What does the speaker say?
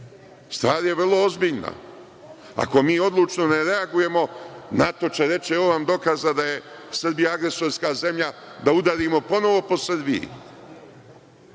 je vrlo ozbiljna. Ako mi odlučno ne reagujemo narod će reći evo vam dokaza da je Srbija agresorska zemlja da udarimo ponovo po Srbiji.